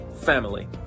family